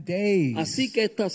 days